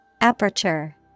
Aperture